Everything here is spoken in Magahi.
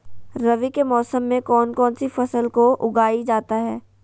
रवि के मौसम में कौन कौन सी फसल को उगाई जाता है?